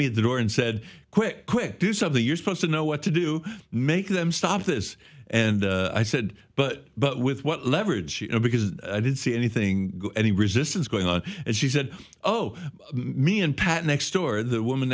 at the door and said quick quick do something you're supposed to know what to do make them stop this and i said but but with what leverage because i didn't see anything any resistance going on and she said oh me and pat next door the woman